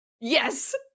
yes